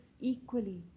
equally